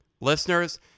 Listeners